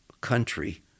country